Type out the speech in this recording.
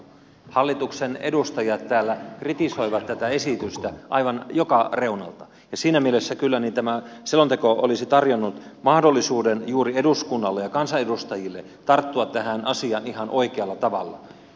hallituksen edustajat täällä kritisoivat tätä esitystä aivan joka reunalta ja siinä mielessä kyllä tämä selonteko olisi tarjonnut mahdollisuuden juuri eduskunnalle ja kansanedustajille tarttua tähän asiaan ihan oikealla tavalla